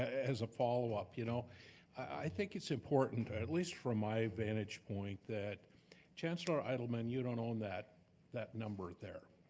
as a followup. you know i think it's important, at least from my vantage point, that chancellor edelman, you don't own that that number there.